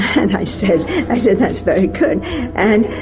and i said i said that's very good and